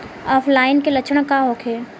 ऑफलाइनके लक्षण का होखे?